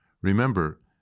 Remember